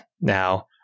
now